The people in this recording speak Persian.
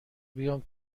بیام